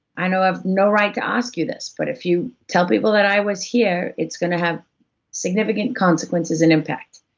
i know i have no right to ask you this, but if you tell people that i was here, it's gonna have significant consequences and impacts.